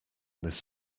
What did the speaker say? this